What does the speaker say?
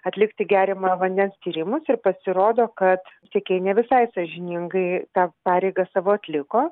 atlikti geriamojo vandens tyrimus ir pasirodo kad tiekėjai ne visai sąžiningai tą pareigą savo atliko